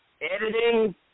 editing